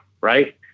Right